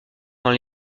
dans